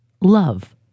love